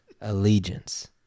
allegiance